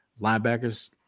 linebackers